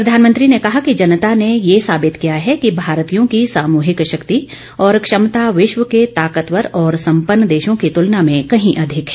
प्रधामनंत्री ने कहा कि जनता ने यह साबित किया है कि भारतीयों की सामूहिक शक्ति और क्षमता विश्व के ताकतवर और सम्पन्न देशों की तुलना में कहीं अधिक हैं